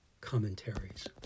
commentaries